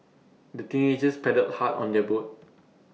the teenagers paddled hard on their boat